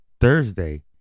Thursday